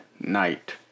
night